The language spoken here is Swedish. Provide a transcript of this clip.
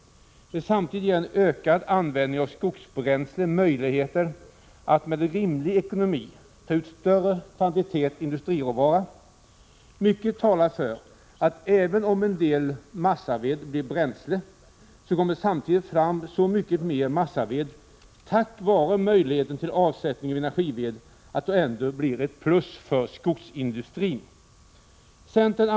Men samtidigt ger en ökad användning av skogsbränsle möjligheter att med rimlig ekonomi ta ut större kvantitet industriråvara. Mycket talar för att även om en del massaved blir bränsle, kommer det samtidigt fram så mycket mer massaved tack vare möjligheten till avsättning till energived att det ändå blir ett plus för skogsindustrin.